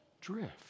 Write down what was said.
drift